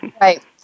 Right